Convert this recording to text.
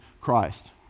christ